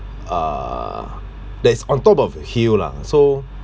uh that's on top of a hill lah so